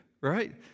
right